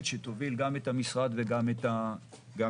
שתוביל גם את המשרד וגם את הגופים.